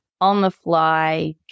on-the-fly